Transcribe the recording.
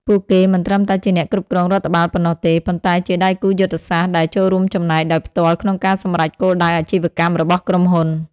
ពួកគេមិនត្រឹមតែជាអ្នកគ្រប់គ្រងរដ្ឋបាលប៉ុណ្ណោះទេ ប៉ុន្តែជាដៃគូយុទ្ធសាស្ត្រដែលចូលរួមចំណែកដោយផ្ទាល់ក្នុងការសម្រេចគោលដៅអាជីវកម្មរបស់ក្រុមហ៊ុន។